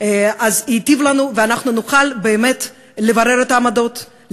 אז ייטב לנו ונוכל באמת לברר את העמדות,